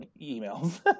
emails